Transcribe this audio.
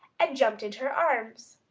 and jumped into her arms.